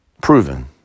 proven